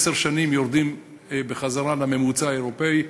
איך בעשר שנים יורדים בחזרה לממוצע האירופי.